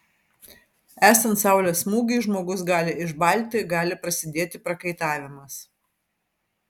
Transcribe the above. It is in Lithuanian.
esant saulės smūgiui žmogus gali išbalti gali prasidėti prakaitavimas